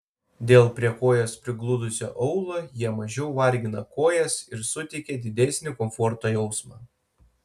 dėl prie kojos prigludusio aulo jie mažiau vargina kojas ir suteikia didesnį komforto jausmą